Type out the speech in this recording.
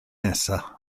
nesaf